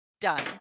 done